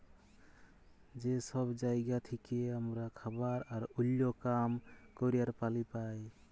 যে সব জায়গা থেক্যে হামরা খাবার আর ওল্য কাম ক্যরের পালি পাই